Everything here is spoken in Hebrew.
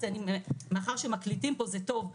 מאחר שמקליטים פה זה טוב,